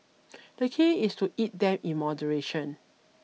the key is to eat them in moderation